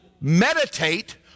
meditate